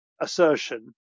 assertion